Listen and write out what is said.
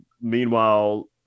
meanwhile